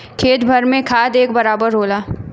खेत भर में खाद एक बराबर होला